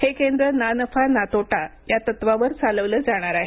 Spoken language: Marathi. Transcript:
हे केंद्र ना नफा ना तोटा या तत्त्वावर चालवलं जाणार आहे